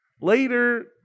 Later